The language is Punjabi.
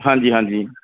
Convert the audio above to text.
ਹਾਂਜੀ ਹਾਂਜੀ